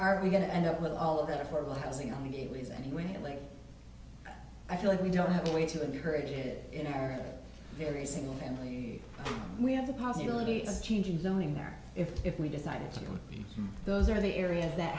are we going to end up with all of that affordable housing on the gateways anyway like i feel like we don't have a way to encourage it in america very single family we have the possibility of changing knowing there if if we decide to go those are the areas that